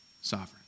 sovereign